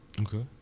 Okay